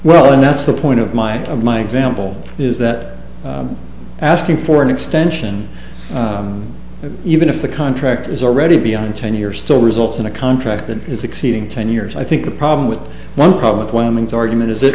well and that's the point of my of my example is that asking for an extension even if the contractor is already beyond ten years still results in a contract that is exceeding ten years i think a problem with one problem when one's argument is that